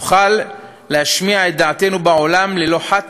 נוכל להשמיע את דעתנו בעולם ללא חת,